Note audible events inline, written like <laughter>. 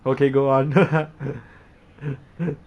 okay go on <laughs>